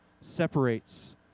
separates